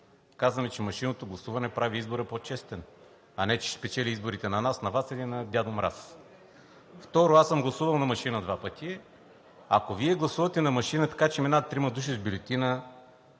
Казваме, че машинното гласуване прави избора по-честен, а не че ще спечели изборите на нас, на Вас или на Дядо Мраз. Второ, аз съм гласувал на машина два пъти. Ако Вие гласувате на машина, така че минават трима души с бюлетина,